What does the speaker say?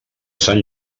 sant